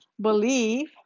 believe